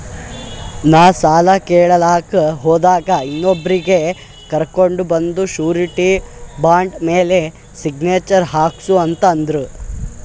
ನಾ ಸಾಲ ಕೇಳಲಾಕ್ ಹೋದಾಗ ಇನ್ನೊಬ್ರಿಗಿ ಕರ್ಕೊಂಡ್ ಬಂದು ಶೂರಿಟಿ ಬಾಂಡ್ ಮ್ಯಾಲ್ ಸಿಗ್ನೇಚರ್ ಹಾಕ್ಸೂ ಅಂತ್ ಅಂದುರ್